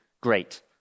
Great